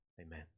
Amen